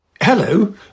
Hello